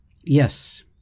Yes